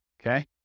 Okay